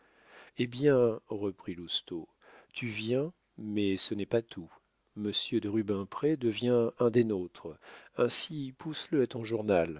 eh bien reprit lousteau tu viens mais ce n'est pas tout monsieur de rubempré devient un des nôtres ainsi pousse le à ton journal